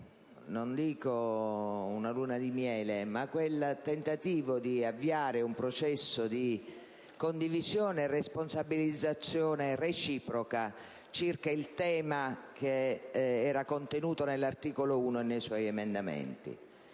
non dico una luna di miele, ma quel tentativo di avviare un processo di condivisione e responsabilizzazione reciproca circa il tema che era contenuto nell'articolo 1 e nei suoi emendamenti.